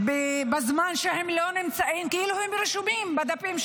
כאילו סמוי.